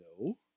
No